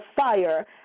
fire